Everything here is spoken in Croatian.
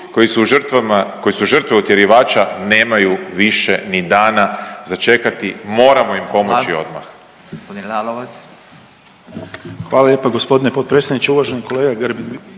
koji su žrtve utjerivača nemaju više ni dana za čekati, moramo im pomoći odmah.